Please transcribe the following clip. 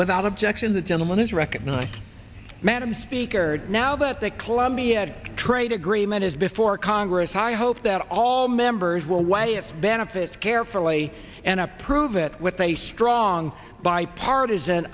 without objection the gentleman is recognized madam speaker now that the columbia trade agreement is before congress i hope that all members will weigh its benefits carefully and approve it with a strong bipartisan